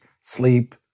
sleep